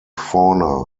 fauna